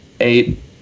eight